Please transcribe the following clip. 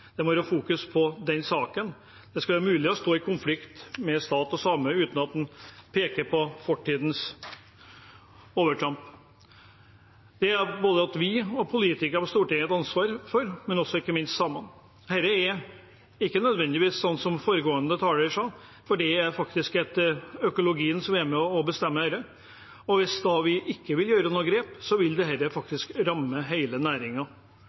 Det må ikke bli fokus i denne saken. Det skal være mulig å stå i en konflikt med staten som same uten at en peker på fortidens overtramp. Det har både vi som politikere på Stortinget og ikke minst samene et ansvar for. Det er ikke nødvendigvis slik foregående taler sa, for økologien er faktisk med på å bestemme dette. Hvis man ikke gjør noen grep, vil det ramme